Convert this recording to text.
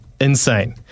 insane